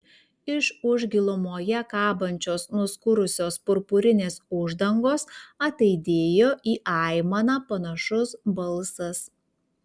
iš už gilumoje kabančios nuskurusios purpurinės uždangos ataidėjo į aimaną panašus balsas